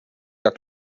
jak